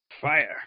Fire